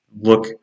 look